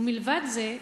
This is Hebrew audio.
ומלבד זה,